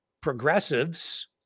progressives